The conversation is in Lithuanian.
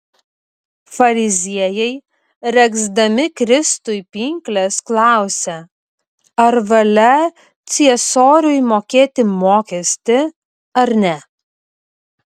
fariziejai regzdami kristui pinkles klausė ar valia ciesoriui mokėti mokestį ar ne